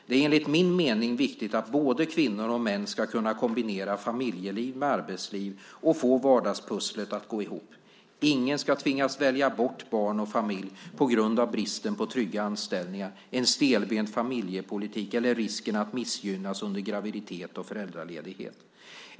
Det är enligt min mening viktigt att både kvinnor och män ska kunna kombinera familjeliv med arbetsliv, och få vardagspusslet att gå ihop. Ingen ska tvingas välja bort barn och familj på grund av bristen på trygga anställningar, en stelbent familjepolitik eller risken att missgynnas under graviditet och föräldraledighet.